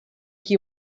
qui